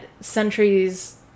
centuries